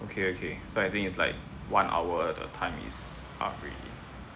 okay okay so I think is like one hour the time is up already